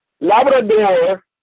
Labrador